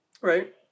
Right